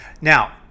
Now